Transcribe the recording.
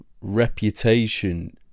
reputation